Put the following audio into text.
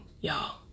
y'all